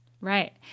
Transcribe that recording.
Right